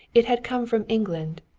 it had come from england,